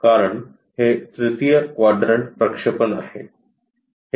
कारण हे तृतीय क्वाड्रंट प्रक्षेपण आहे